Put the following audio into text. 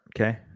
Okay